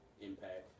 Impact